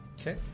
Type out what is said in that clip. Okay